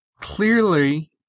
clearly